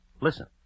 Listen